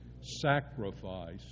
sacrifice